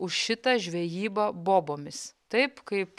už šitą žvejybą bobomis taip kaip